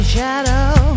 shadow